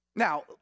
Now